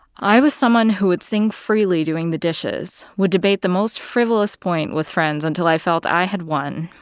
i was someone who would sing freely doing the dishes, would debate the most frivolous point with friends until i felt i had won,